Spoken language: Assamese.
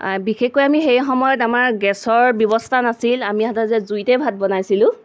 বিশেষকৈ আমি সেই সময়ত আমাৰ গেছৰ ব্যৱস্থা নাছিল আমি সাধাৰণতে জুইতে ভাত বনাইছিলোঁ